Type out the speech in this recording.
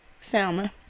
salmon